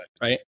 right